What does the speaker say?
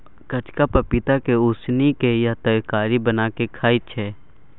कचका पपीता के उसिन केँ या तरकारी बना केँ खाइ छै